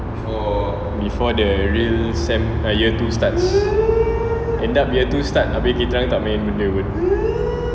before the real sem year two starts end up year two starts abeh kita orang tak main benda pun